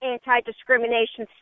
anti-discrimination